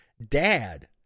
Dad